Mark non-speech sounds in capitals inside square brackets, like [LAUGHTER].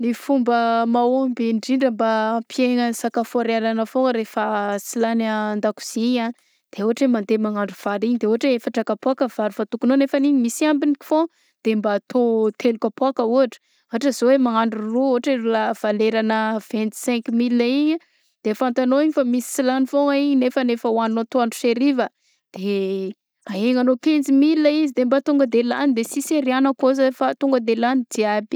Ny fomba mahomby indrindra mba hampihegnana sakafo ariariagna foagna rehefa sy lany an-dakozia an de ôhatra hoe mandeha magnandro vary igny de ôhatra hoe efatra kapôka vary fataokonao nefa igny misy ambiny foagna de mba atao telo kapoaka ôhatra, ohatra zao hoe magnandro ro ohatra raha valera na vingt cinq mille igny a de fantanao igny fa misy sy lagny foagna igny nefa efa hohaninao atoandro sy ariva de [HESITATION] ahegnanao quinze mille de mba tonga de lagny de sisy ariagna kô zay fa tonga de lany jiaby.